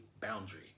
boundary